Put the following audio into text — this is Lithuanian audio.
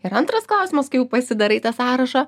ir antras klausimas kai jau pasidarai tą sąrašą